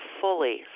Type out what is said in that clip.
fully